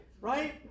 right